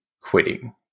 quitting